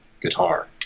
guitar